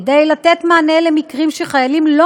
כדי לתת מענה למקרים שבהם חיילים לא